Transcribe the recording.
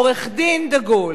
עורך-דין דגול.